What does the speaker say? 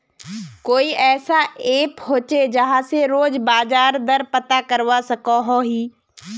कोई ऐसा ऐप होचे जहा से रोज बाजार दर पता करवा सकोहो ही?